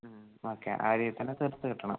ഉം ഓക്കെ ആ രീതിയിൽ തന്നെ തീർത്ത് കിട്ടണം